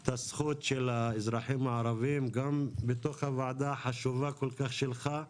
את הזכות של האזרחים הערבים גם בתוך הוועדה החשובה כל כך שלך.